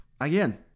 again